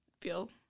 feel